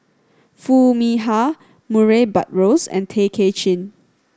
Foo Mee Har Murray Buttrose and Tay Kay Chin